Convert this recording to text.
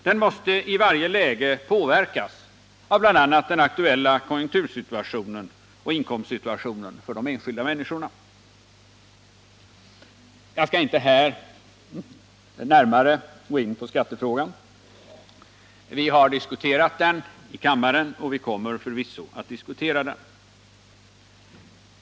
De måste i varje läge påverkas av bl.a. den aktuella konjunktursituationen och inkomstsituationen för de enskilda människorna. Jag skall inte här närmare gå in på skattefrågan. Vi har diskuterat den i kammaren, och vi kommer förvisso att diskutera den.